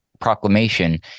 proclamation